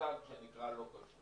במותג שנקרא לו כשרות.